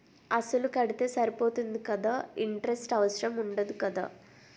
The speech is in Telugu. అసలు కడితే సరిపోతుంది కదా ఇంటరెస్ట్ అవసరం ఉండదు కదా?